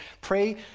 Pray